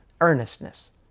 earnestness